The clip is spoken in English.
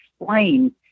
explain